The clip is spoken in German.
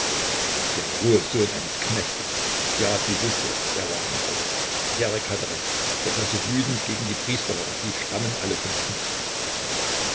der rohe sohn eines knechtes ja sie wußte er war ein bauer erik hatte recht daß er so wütend gegen die priester war sie stammen alle von knechten